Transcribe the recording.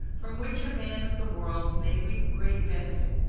from which a man of the world may reap great benefit,